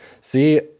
See